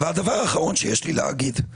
והדבר האחרון שיש לי להגיד הוא